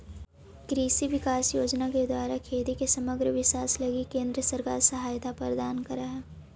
कृषि विकास योजना के द्वारा खेती के समग्र विकास लगी केंद्र सरकार सहायता प्रदान करऽ हई